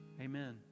Amen